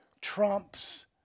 trumps